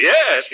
Yes